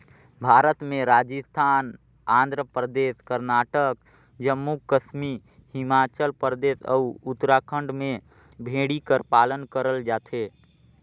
भारत में राजिस्थान, आंध्र परदेस, करनाटक, जम्मू कस्मी हिमाचल परदेस, अउ उत्तराखंड में भेड़ी कर पालन करल जाथे